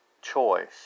choice